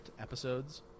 episodes